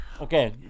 Okay